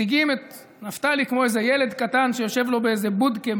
מציגים את נפתלי כמו איזה ילד קטן שיושב לו באיזו בודקה,